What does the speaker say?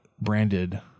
branded